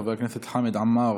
חבר הכנסת חמד עמאר